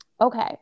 Okay